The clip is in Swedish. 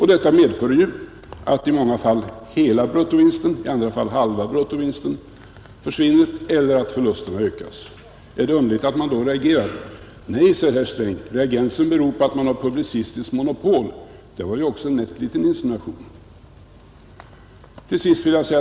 Detta medför att i många fall hela bruttovinsten, i andra fall halva bruttovinsten, försvinner eller att förlusterna ökas. Är det underligt att man då reagerar? Nej, säger herr Sträng, reagensen beror på att man har publicistiskt monopol. Det var ju också en nätt liten insinuation!